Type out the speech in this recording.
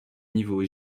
niveau